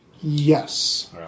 Yes